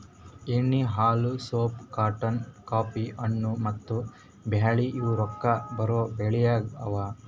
ಎಣ್ಣಿ, ಹಾಲು, soap, cotton, coffee, ಹಣ್ಣು, ಮತ್ತ ಬ್ಯಾಳಿ ಇವು ರೊಕ್ಕಾ ಬರೋ ಬೆಳಿಗೊಳ್ ಅವಾ